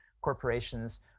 corporations